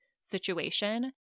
situation